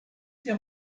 ses